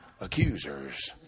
accusers